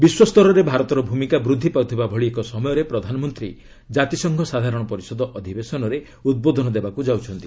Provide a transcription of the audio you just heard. ବିଶ୍ୱସ୍ତରରେ ଭାରତର ଭୂମିକା ବୃଦ୍ଧି ପାଇଥିବା ଭଳି ଏକ ସମୟରେ ପ୍ରଧାନମନ୍ତ୍ରୀ ଜାତିସଂଘ ସାଧାରଣ ପରିଷଦ ଅଧିବେଶନରେ ଉଦ୍ବୋଧନ ଦେବାକୁ ଯାଉଛନ୍ତି